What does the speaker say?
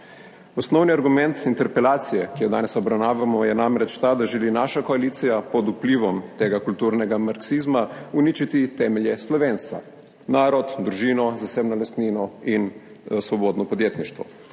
Osnovni argument interpelacije, ki jo danes obravnavamo, je namreč ta, da želi naša koalicija pod vplivom tega kulturnega marksizma uničiti temelje slovenstva: narod, družino, zasebno lastnino in svobodno podjetništvo.